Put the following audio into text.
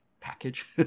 Package